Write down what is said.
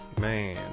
Man